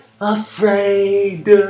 afraid